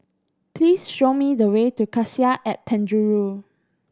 please show me the way to Cassia at Penjuru